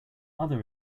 other